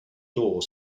door